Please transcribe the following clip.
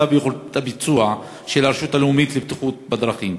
וביכולת הביצוע של הרשות הלאומית לבטיחות בדרכים,